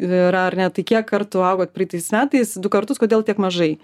yra ar ne tai kiek kartų augot praeitais metais du kartus kodėl tiek mažai